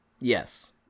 Yes